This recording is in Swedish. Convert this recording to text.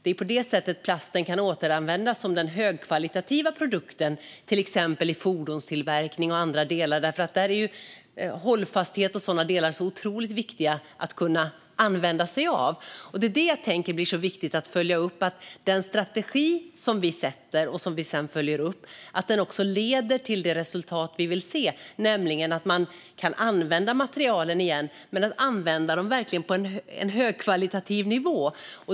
Det är på det sättet som plasten kan återanvändas som en högkvalitativ produkt. Det gäller till exempel i fordonstillverkning och för andra delar. Där är hållfasthet och sådana delar så otroligt viktiga att kunna använda sig av. Det är viktigt att följa upp. Den strategi som vi sätter och som vi sedan följer upp ska leda till det resultat vi vill se. Det handlar om att vi kan använda materialen igen och att använda dem på en högkvalitativ nivå.